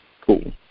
Cool